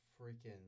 freaking